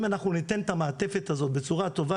אם אנחנו ניתן את המעטפת הזאת בצורה הטובה